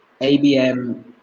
ABM